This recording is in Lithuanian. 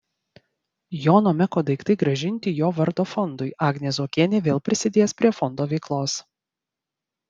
jono meko daiktai grąžinti jo vardo fondui agnė zuokienė vėl prisidės prie fondo veiklos